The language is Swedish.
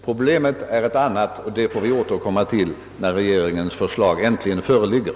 Problemet är ett annat, och det får vi återkomma till när regeringens förslag äntligen föreligger.